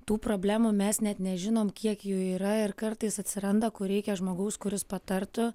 tų problemų mes net nežinom kiek jų yra ir kartais atsiranda kur reikia žmogaus kuris patartų